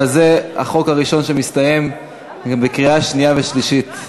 אבל זה החוק הראשון שמסתיים בקריאה שנייה ושלישית.